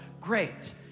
great